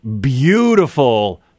beautiful